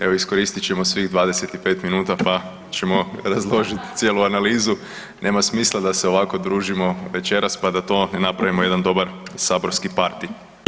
Evo iskoristit ćemo svih 25 min pa ćemo razložiti cijelu analizu, nema smisla da se ovako družimo večeras pa da to ne pravimo jedan dobar saborski party.